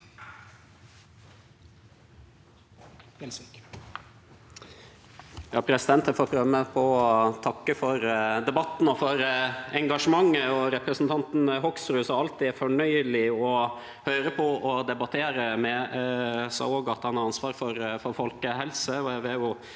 Eg får prøve meg på å takke for debatten og for engasjementet. Representanten Hoksrud, som alltid er fornøyeleg å høyre på og debattere med, sa også at han har ansvar for folkehelse